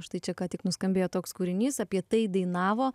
štai čia ką tik nuskambėjo toks kūrinys apie tai dainavo